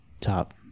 top